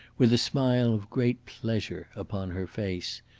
with a smile of great pleasure upon her face,